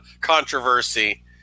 controversy